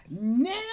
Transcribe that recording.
Now